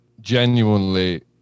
genuinely